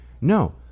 No